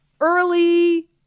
early